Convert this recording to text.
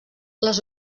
les